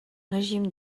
régime